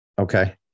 Okay